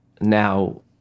now